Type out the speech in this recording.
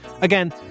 Again